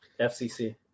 FCC